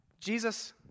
Jesus